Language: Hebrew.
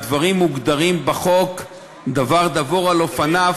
הדברים מוגדרים בחוק דבר דבור על אופניו,